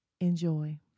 Enjoy